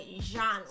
genre